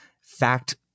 fact